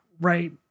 right